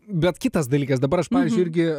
bet kitas dalykas dabar aš pavyzdžiui irgi